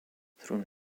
through